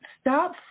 Stop